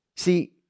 See